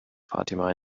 fatima